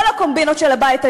לא לקומבינות של הבית היהודי.